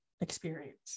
experience